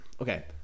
Okay